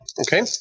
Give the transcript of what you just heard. Okay